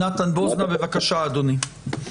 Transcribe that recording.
בבקשה אדוני.